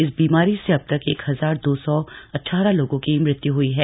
इस बीमारी से अब तक एक हजार दो सौ अट्ठारह लोगों की मौत हई है